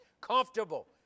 comfortable